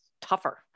tougher